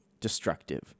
destructive